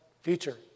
future